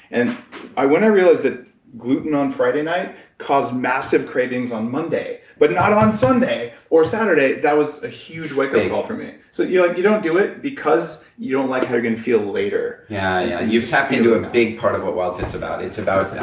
and when i realized that gluten on friday night caused massive cravings on monday, but not on sunday or saturday, that was a huge wake-up call for me. so you like you don't do it because you don't like how you're gonna feel later yeah, you've tapped into a big part of what wildfit's about. it's about.